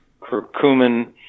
curcumin